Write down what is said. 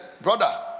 brother